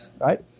right